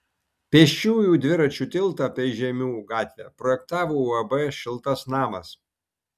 pėsčiųjų dviračių tiltą per žeimių gatvę projektavo uab šiltas namas